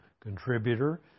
contributor